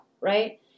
Right